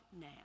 now